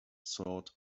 sword